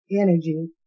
energy